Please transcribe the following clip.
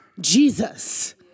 Jesus